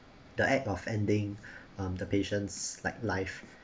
the act of ending um the patients like life